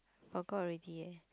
forgot already eh